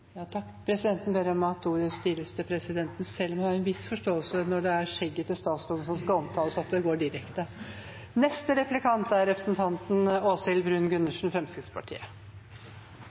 Presidenten ber om at talen stiles til presidenten – selv om hun har en viss forståelse når det er skjegget til statsråden som omtales, at det går direkte.